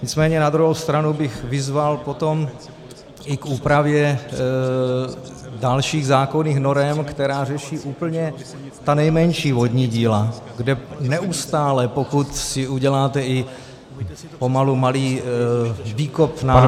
Nicméně na druhou stranu bych vyzval potom i k úpravě dalších zákonných norem, které řeší úplně ta nejmenší vodní díla, kde neustále, pokud si uděláte i pomalu malý výkop na